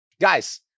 guys